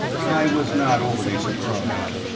i was not overly surprised.